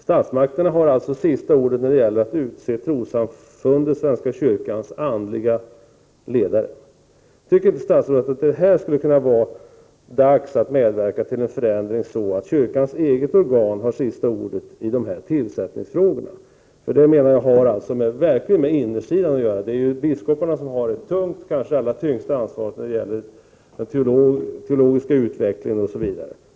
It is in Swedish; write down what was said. Statsmakten har alltså sista ordet när det gäller att utse trossamfundet svenska kyrkans andliga ledare. Tycker inte statsrådet att det nu skulle kunna vara dags att medverka till en förändring så att kyrkans eget organ fick sista ordet i tillsättningsfrågorna? Det menar jag verkligen har med den inre sidan att göra. Biskoparna har ju det tunga, kanske det allra tyngsta, ansvaret för bl.a. den teologiska utvecklingen.